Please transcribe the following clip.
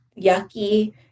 yucky